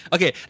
Okay